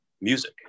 music